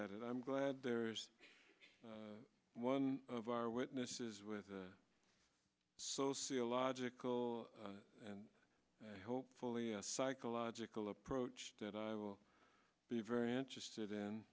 at it i'm glad there's one of our witnesses with a sociological and hopefully psychological approach that i will be very interested in